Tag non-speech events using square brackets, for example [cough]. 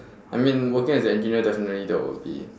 [breath] I mean working as an engineer definitely there will be